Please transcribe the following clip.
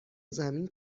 زمین